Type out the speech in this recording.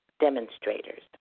demonstrators